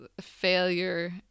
failure